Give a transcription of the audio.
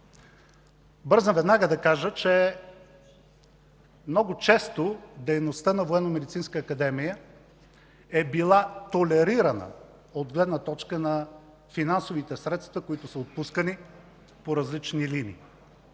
Бързам веднага да кажа, че много често дейността на Военномедицинска академия е била толерирана от гледна точка на финансовите средства, които са отпускани по различни линии.